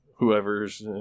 whoever's